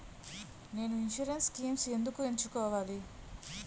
నేను insurance schemes ఎందుకు ఎంచుకోవాలి?